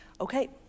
Okay